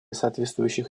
соответствующих